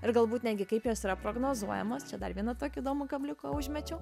ir galbūt netgi kaip jos yra prognozuojamos čia dar vieną tokį įdomų kabliuką užmečiau